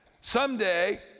Someday